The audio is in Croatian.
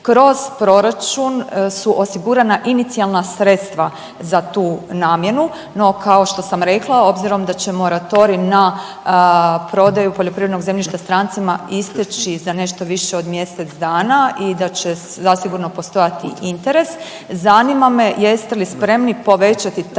Kroz proračun su osigurana inicijalna sredstva za tu namjenu, no kao što sam rekla obzirom da će moratorij na prodaju poljoprivrednog zemljišta strancima isteći za nešto više od mjesec dana i da će zasigurno postojati interes, zanima me jeste li spremni povećati ta